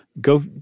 go